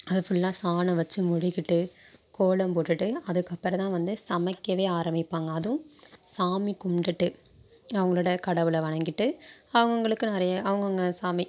அது ஃபுல்லாக சாணம் வச்சு மொழுகிட்டு கோலம் போட்டுவிட்டு அதுக்கப்புறம் தான் வந்து சமைக்கவே ஆரமிப்பாங்க அதுவும் சாமி கும்பிட்டுட்டு அவங்களோட கடவுளை வணங்கிவிட்டு அவங்கவுங்களுக்கு நிறைய அவங்கவுங்க சாமி